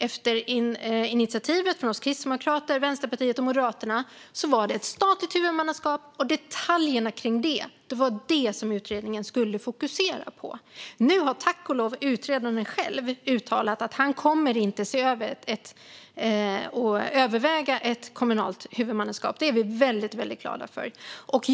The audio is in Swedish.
Efter initiativet från oss kristdemokrater, Vänsterpartiet och Moderaterna var det ett statligt huvudmannaskap och detaljerna kring det som utredningen skulle fokusera på. Nu har utredaren tack och lov uttalat att han inte kommer att se över eller överväga ett kommunalt huvudmannaskap, och det är vi väldigt glada för.